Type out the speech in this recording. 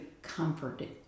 comforted